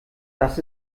das